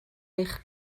eich